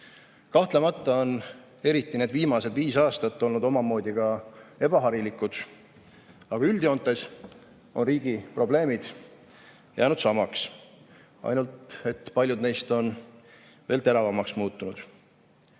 tuua. Kahtlemata on eriti need viimased viis aastat olnud omamoodi ka ebaharilikud, aga üldjoontes on riigi probleemid jäänud samaks, ainult et paljud neist on veel teravamaks muutunud.